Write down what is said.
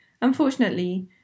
Unfortunately